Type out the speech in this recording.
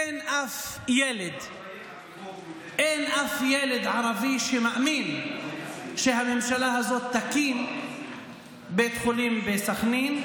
אין אף ילד ערבי שמאמין שהממשלה הזאת תקים בית חולים בסח'נין,